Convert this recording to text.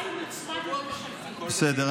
בסדר.